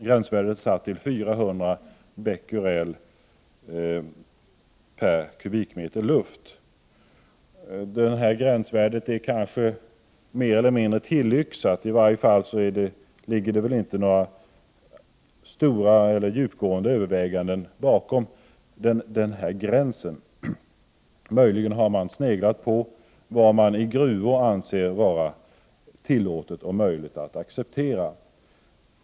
Gränsvärdet är satt till 400 Bq/m? luft. Detta gränsvärde är kanske mer eller mindre tillyxat, i varje fall ligger det inga mera djupgående överväganden bakom det fastställda gränsvärdet. Möjligen har man sneglat på vad som är tillåtet och anses vara möjligt att acceptera i gruvor.